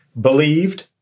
believed